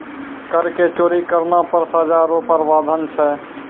कर के चोरी करना पर सजा रो प्रावधान छै